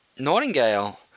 Nightingale